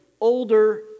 older